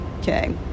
okay